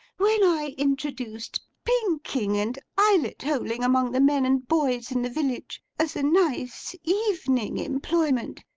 when i introduced pinking and eyelet-holing among the men and boys in the village, as a nice evening employment,